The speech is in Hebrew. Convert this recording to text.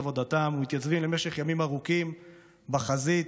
עבודתם ומתייצבים למשך ימים ארוכים בחזית,